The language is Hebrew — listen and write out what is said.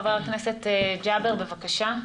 חבר הכנסת ג'אבר, בבקשה.